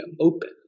open